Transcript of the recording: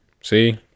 See